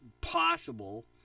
possible